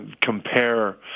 compare